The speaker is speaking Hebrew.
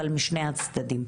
אבל משני הצדדים,